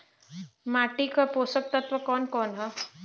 माटी क पोषक तत्व कवन कवन ह?